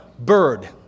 Bird